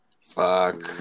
Fuck